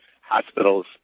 hospitals